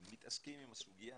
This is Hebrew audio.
אנחנו מתעסקים עם הסוגיה,